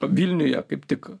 vilniuje kaip tik